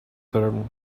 term